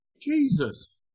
Jesus